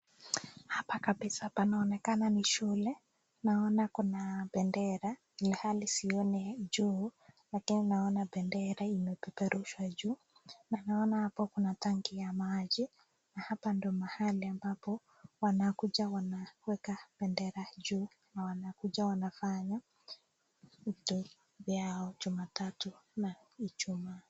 Hapa kabisa panaonekans ni shule, naona kuna bendera , ilhali sioni juu, lakini naona bendera imepeperushwa juu. Naona hapo kuna tanki ya maji, na hapa ndio mahali ambapo wanakuja wanaweka bendera juu na wanakuja wanafanya vitu yao jumatatu na ijumaa.